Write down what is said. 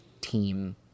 team